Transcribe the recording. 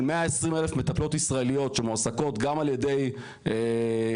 של 120,000 מטפלות ישראליות שמועסקות גם על ידי עמותות,